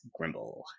Grimble